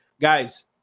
Guys